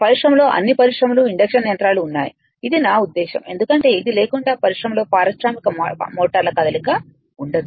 పరిశ్రమలో అన్ని పరిశ్రమలు ఇండక్షన్ యంత్రాలు ఉన్నాయి ఇది నా ఉద్దేశ్యం ఎందుకంటే ఇది లేకుండా పరిశ్రమలో పారిశ్రామిక మోటార్ల కదలిక ఉండదు